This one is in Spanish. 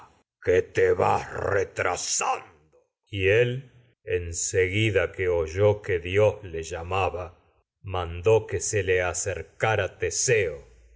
que te le vas retra él en seguida que que dios llamaba que se le le acercara teseo